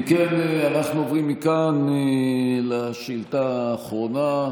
אם כן אנחנו עוברים מכאן לשאילתה האחרונה,